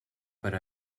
per